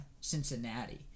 Cincinnati